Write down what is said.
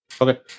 Okay